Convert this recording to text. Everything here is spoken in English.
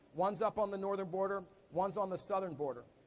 one's up on the norther border, one's on the souther and border,